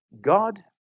God